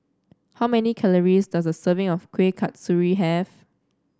how many calories does a serving of Kueh Kasturi have